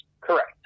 Correct